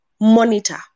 monitor